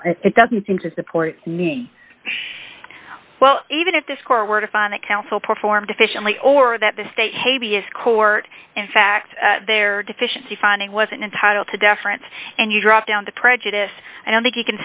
know if it doesn't seem to support me well even if this court were to find the council performed efficiently or that the state k b s court in fact their deficiency finding wasn't entitled to deference and you drop down the prejudice i don't think you